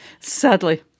sadly